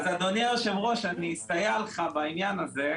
אדוני היושב-ראש, אסייע לך בעניין הזה.